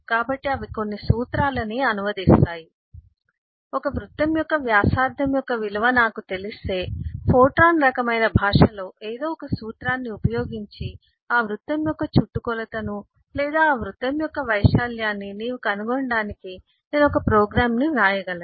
కాబట్టి అవి కొన్ని సూత్రాలని అనువదిస్తాయి కాబట్టి ఒక వృత్తం యొక్క వ్యాసార్థం యొక్క విలువ నాకు తెలిస్తే ఫోర్ట్రాన్ రకమైన భాషలో ఏదో ఒక సూత్రాన్ని ఉపయోగించి ఆ వృత్తం యొక్క చుట్టుకొలతను లేదా ఆ వృత్తం యొక్క వైశాల్యాన్ని నీవు కనుగొనటానికి నేను ఒక ప్రోగ్రామ్ను వ్రాయగలను